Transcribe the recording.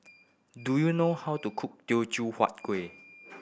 do you know how to cook Teochew Huat Kueh